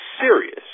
serious